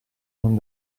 non